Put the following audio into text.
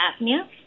apnea